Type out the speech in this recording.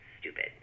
stupid